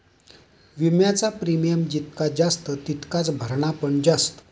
विम्याचा प्रीमियम जितका जास्त तितकाच भरणा पण जास्त